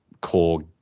core